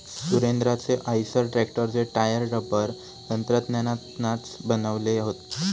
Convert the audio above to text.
सुरेंद्राचे आईसर ट्रॅक्टरचे tyre rubber तंत्रज्ञानातनाच बनवले हत